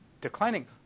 declining